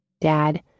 Dad